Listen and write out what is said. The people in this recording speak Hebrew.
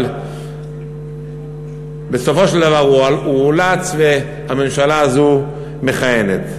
אבל בסופו של דבר הוא אולץ והממשלה הזו מכהנת.